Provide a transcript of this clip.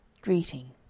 greeting